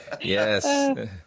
Yes